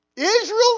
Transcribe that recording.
Israel